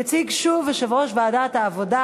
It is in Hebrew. יציג שוב יושב-ראש ועדת העבודה,